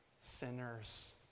sinners